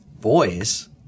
boys